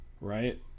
right